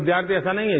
विद्यार्थी ऐसा नहीं है